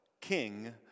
king